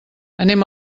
anirem